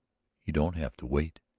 you don't have to wait!